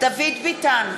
דוד ביטן,